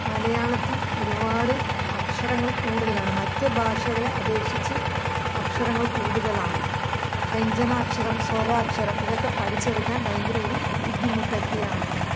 മലയാളത്തിൽ ഒരുപാട് അക്ഷരങ്ങൾ കൂടുതലാണ് മറ്റ് ഭാഷകളെ അപേക്ഷിച്ച് അക്ഷരങ്ങൾ കൂടുതലാണ് വ്യഞ്ജനാക്ഷരം സ്വരാക്ഷരം ഇതൊക്കെ പഠിച്ചെടുക്കാൻ ഭയങ്കര ഒരു ബുദ്ധിമുട്ട് ഒക്കെയാണ് ഇങ്ങോട്ട്